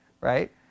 right